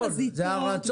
יש שיפוץ חזיתות,